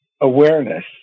awareness